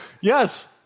Yes